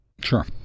Sure